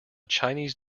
chinese